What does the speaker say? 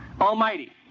Almighty